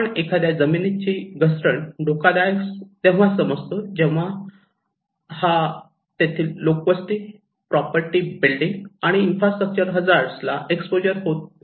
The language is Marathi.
आपण एखाद्या जमिनीची घसरण धोकादायक तेव्हा समजतो जेव्हा हा तेथील लोकवस्ती प्रॉपर्टी बिल्डींग आणि इन्फ्रास्ट्रक्चर हजार्ड ला एक्सपोज होतात